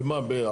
במה?